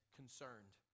concerned